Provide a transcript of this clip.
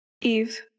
Eve